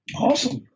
awesome